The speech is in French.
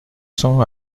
cents